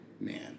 Man